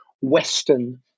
Western